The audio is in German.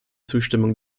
zustimmung